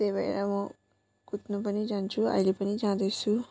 त्यही भएर म कुद्नु पनि जान्छु अहिले पनि जाँदैछु